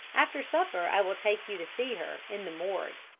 after supper i will take you to see her, in the morgue.